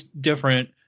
different